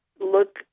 look